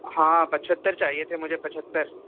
ہاں پچہتر چاہیے تھے مجھے پچہتر